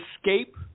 Escape